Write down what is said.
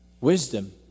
Wisdom